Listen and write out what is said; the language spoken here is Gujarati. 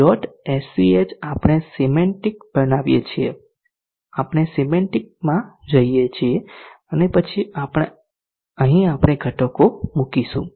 sch આપણે સિમેન્ટીક બનાવીએ છીએ આપણે સિમેન્ટીકમાં જઈએ છીએ અને પછી અહીં આપણે ઘટકો મૂકીશું